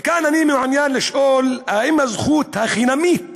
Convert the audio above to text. כאן אני מעוניין לשאול: האם הזכות החינמית